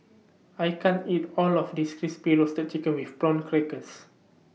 I can't eat All of This Crispy Roasted Chicken with Prawn Crackers